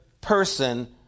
person